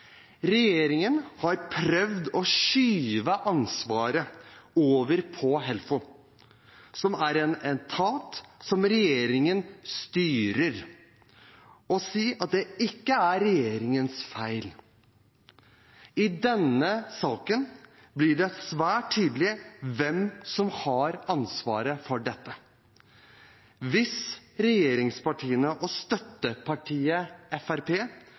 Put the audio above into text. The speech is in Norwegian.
Regjeringen har prøvd å skyve ansvaret over på Helfo, som er en etat som regjeringen styrer, og si at det ikke er regjeringens feil. I denne saken blir det svært tydelig hvem som har ansvaret for dette. Hvis regjeringspartiene og